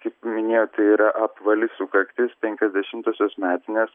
kaip minėjot tai yra apvali sukaktis penkiasdešimtosios metinės